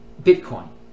Bitcoin